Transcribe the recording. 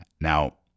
Now